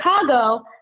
Chicago